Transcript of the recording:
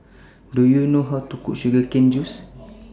Do YOU know How to Cook Sugar Cane Juice